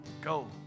go